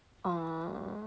orh